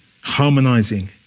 harmonizing